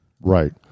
Right